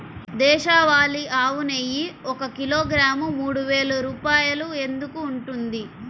దేశవాళీ ఆవు నెయ్యి ఒక కిలోగ్రాము మూడు వేలు రూపాయలు ఎందుకు ఉంటుంది?